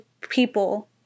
people